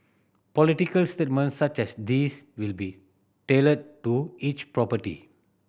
political statements such as these will be tailored to each property